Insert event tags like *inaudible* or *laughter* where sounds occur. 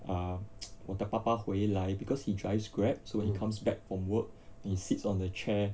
ah *noise* 我的爸爸回来 because he drives grab so when he comes back from work he sits on the chair